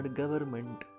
government